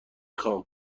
خوام